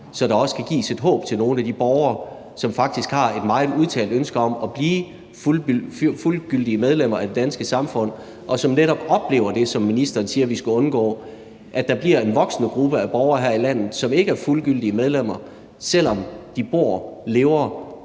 så der også kan gives et håb til nogle af de borgere, som faktisk har et meget udtalt ønske om at blive fuldgyldige medlemmer af det danske samfund, og som netop oplever det, som ministeren siger vi skal undgå – at der bliver en voksende gruppe af borgere her i landet, som ikke er fuldgyldige medlemmer, selv om de bor, lever